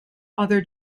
other